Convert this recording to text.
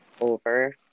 over